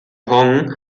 hong